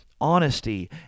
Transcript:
honesty